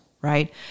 right